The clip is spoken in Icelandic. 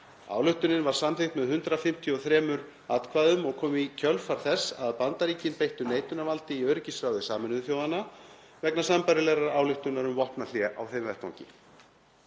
Ályktunin var samþykkt með 153 atkvæðum og kom í kjölfar þess að Bandaríkin beittu neitunarvaldi í öryggisráði Sameinuðu þjóðanna vegna sambærilegrar ályktunar um vopnahlé á þeim vettvangi.